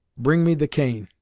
bring me the cane.